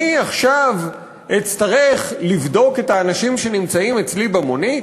אני עכשיו אצטרך לבדוק את האנשים שנמצאים אצלי במונית?